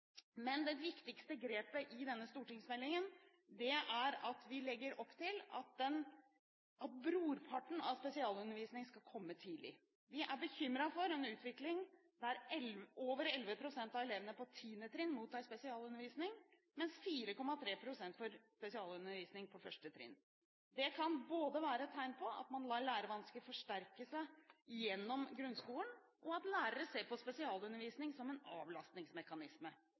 Det viktigste grepet i denne stortingsmeldingen er at vi legger opp til at brorparten av spesialundervisningen skal komme tidlig. Vi er bekymret over en utvikling der over 11 pst. av elevene på 10. trinn mottar spesialundervisning, mens 4,3 pst. får spesialundervisning på 1. trinn. Det kan både være et tegn på at man lar lærevansker forsterke seg gjennom grunnskolen, og at lærere ser på spesialundervisning som en avlastningsmekanisme.